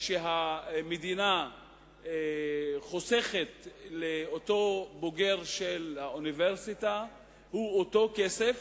שהמדינה חוסכת לאותו בוגר של האוניברסיטה הוא אותו כסף,